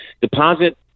deposit